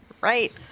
Right